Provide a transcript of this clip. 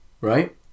Right